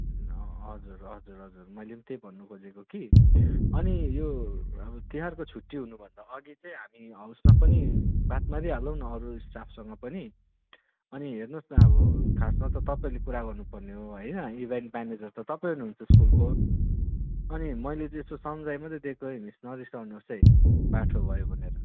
हजुर हजुर हजुर मैले पनि त्यही भन्नु खोजेको कि अनि यो अब तिहारको छुट्टी हुनु भन्दा अघि चाहिँ हामी हाउसमा पनि बात मारिहालौँ न अरू स्टाफसँग पनि अनि हेर्नुहोस् न अब खासमा त तपाईँले कुरा गर्नुपर्ने हो है इभेन्ट म्यानेजर त तपाईँ हुनुहुन्छ स्कुलको अनि मैले चाहिँ यसो सम्झाइ मात्रै दिएको है मिस नरिसाउनु होस् है बाठो भयो भनेर